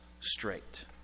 straight